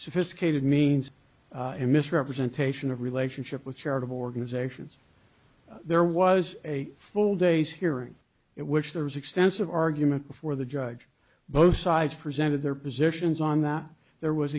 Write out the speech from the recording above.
sophisticated means and misrepresentation of relationship with charitable organizations there was a full day's hearing it which there was extensive argument before the judge both sides presented their positions on that there was